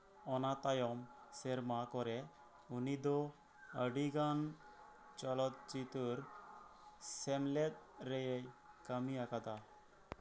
ᱚᱱᱟ ᱛᱟᱭᱚᱢ ᱥᱮᱨᱢᱟ ᱠᱚᱨᱮ ᱩᱱᱤ ᱫᱚ ᱟᱹᱰᱤᱜᱟᱱ ᱪᱚᱞᱚᱛ ᱪᱤᱛᱟᱹᱨ ᱥᱮᱢᱞᱮᱫ ᱨᱮᱭ ᱠᱟᱹᱢᱤ ᱟᱠᱟᱫᱟ